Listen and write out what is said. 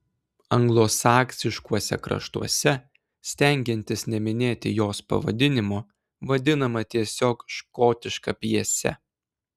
anglosaksiškuose kraštuose stengiantis neminėti jos pavadinimo vadinama tiesiog škotiška pjese